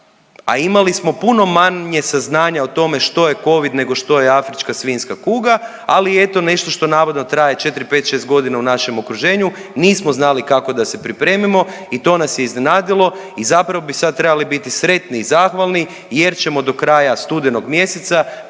a imali smo puno manje saznanja o tome što je Covid nego što je afrička svinjska kuga ali eto nešto što navodno traje 4,5, 6 godina u našem okruženju, nismo znali kako da se pripremimo i to nas je iznenadilo i zapravo bi sad trebali biti sretni i zahvalni jer ćemo do kraja studenog mjeseca poklati